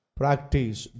practice